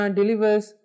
delivers